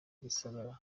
gisagara